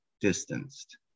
distanced